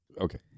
Okay